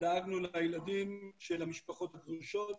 דאגנו לילדים של המשפחות הגרושות,